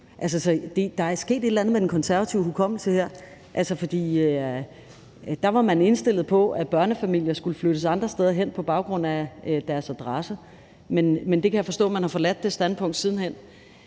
et eller andet med den konservative hukommelse her, for der var man indstillet på, at børnefamilier skulle flyttes andre steder hen på baggrund af deres adresser – men det standpunkt kan jeg forstå man har forladt sidenhen.